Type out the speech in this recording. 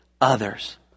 others